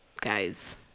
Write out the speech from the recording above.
guys